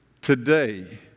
today